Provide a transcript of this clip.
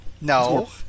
No